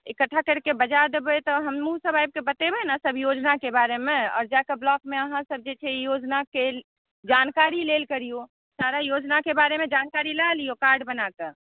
इक्क्ठा करके बजा देबै तऽ हमहुँ सभ आबिके बतेबै ने सभ योजनाके बारेमे आओर जाकऽ सभ ब्लॉक सभमे अहाँ सभ जे छै योजनाके जानकारी लेल करियौ सारा योजनाके बारेमे जानकारी लय लेल करियौ कार्ड बनाकऽ